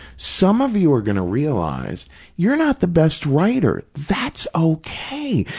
some of you are going to realize you're not the best writer. that's okay,